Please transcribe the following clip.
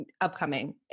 Upcoming